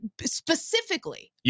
specifically